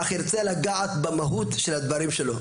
אך ארצה לגעת במהות של הדברים שלו.